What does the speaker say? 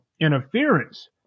interference